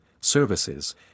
services